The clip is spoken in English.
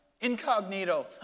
incognito